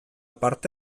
parte